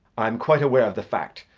i am quite aware of the fact,